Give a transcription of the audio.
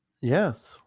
Yes